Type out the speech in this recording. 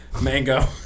Mango